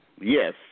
Yes